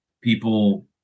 people